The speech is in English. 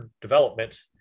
development